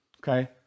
okay